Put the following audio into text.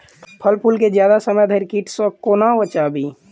फल फुल केँ जियादा समय धरि कीट सऽ कोना बचाबी?